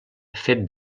fet